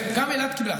גם אילת קיבלה.